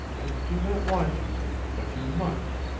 i do not want you to, but you must.